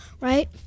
Right